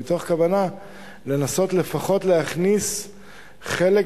מתוך כוונה לנסות לפחות להכניס חלק